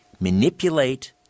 manipulate –